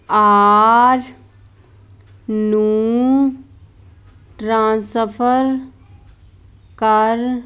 R ਨੂੰ transfer ਕਰ